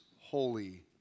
holy